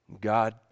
God